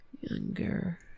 younger